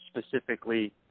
specifically